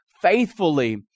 faithfully